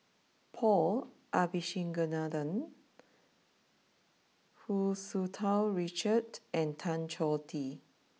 Paul Abisheganaden Hu Tsu Tau Richard and Tan Choh Tee